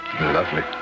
Lovely